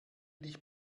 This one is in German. dich